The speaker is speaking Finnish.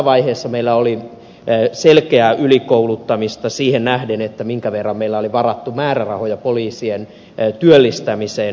jossain vaiheessa meillä oli selkeää ylikouluttamista siihen nähden minkä verran meillä oli varattu määrärahoja poliisien työllistämiseen